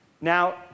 Now